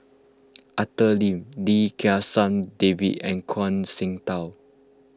Arthur Lim Lim Kim San David and Zhuang Shengtao